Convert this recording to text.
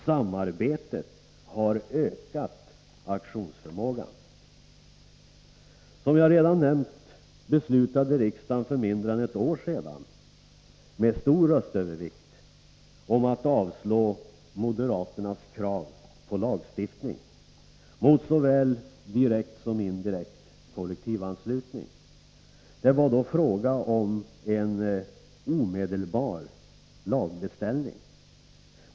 Samarbete har ökat aktionsförmågan. Som jag redan nämnt beslutade riksdagen för mindre än ett år sedan, med stor röstövervikt, att avslå moderaternas krav på lagstiftning mot såväl direkt som indirekt kollektivanslutning. Det var då fråga om en omedelbar lagbeställning.